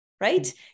Right